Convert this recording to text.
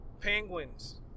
penguins